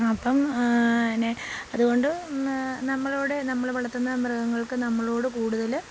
അപ്പം പിന്നെ അതുകൊണ്ട് നമ്മളോട് നമ്മൾ വളർത്തുന്ന മൃഗങ്ങൾക്ക് നമ്മളോട് കൂടുതൽ